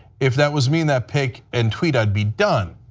if that was me in that picture and tweet i would be done.